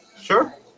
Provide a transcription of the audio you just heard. sure